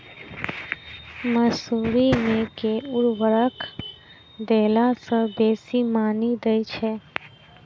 मसूरी मे केँ उर्वरक देला सऽ बेसी मॉनी दइ छै?